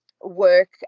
work